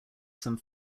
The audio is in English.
some